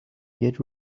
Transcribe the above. get